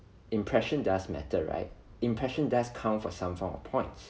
impression does matter right impression does count for some form of points